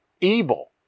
evil